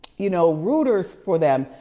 you know rooters for them,